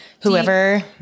whoever